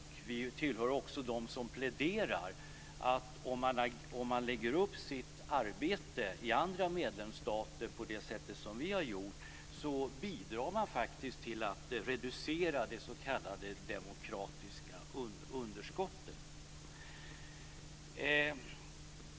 Vi tillhör också dem som pläderar för att om man lägger upp sitt arbete i andra medlemsstater på det sätt som vi har gjort bidrar man till att reducera det s.k. demokratiska underskottet.